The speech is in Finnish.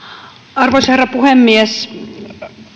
arvoisa herra puhemies